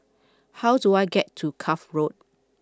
how do I get to Cuff Road